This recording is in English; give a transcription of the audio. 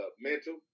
mental